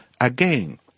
again